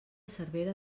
cervera